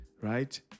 right